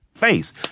Face